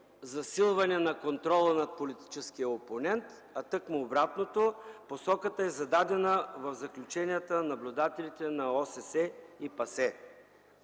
засилване на контрола над политическия опонент, а тъкмо обратното – посоката е зададена в заключенията на наблюдателите на ОССЕ и ПАСЕ.